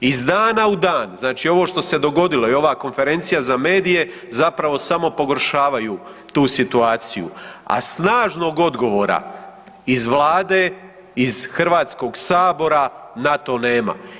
Iz dana u dan, znači ovo što se dogodilo i ova konferencija za medije, zapravo samo pogoršavaju tu situaciju, a snažnog odgovora iz Vlade, iz HS-a na to nema.